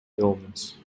illness